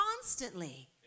constantly